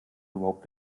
überhaupt